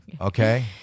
Okay